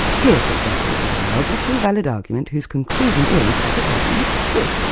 here, for example, is a logically valid argument whose conclusion is as it happens, true.